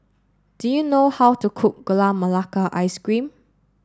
do you know how to cook Gula Melaka Ice Cream